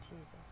Jesus